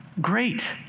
Great